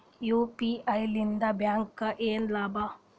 UPI ಲಿಂದ ಬ್ಯಾಂಕ್ಗೆ ಏನ್ ಲಾಭ?